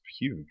huge